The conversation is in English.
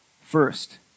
First